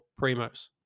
primos